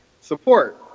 support